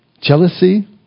jealousy